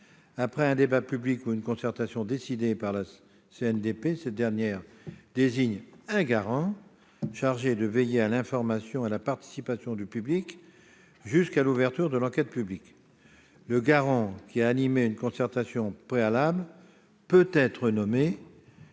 Après un débat public ou une concertation décidée par la CNDP, cette dernière désigne un garant chargé de veiller à l'information et à la participation du public jusqu'à l'ouverture de l'enquête publique. Le garant ayant animé une concertation préalable peut être nommé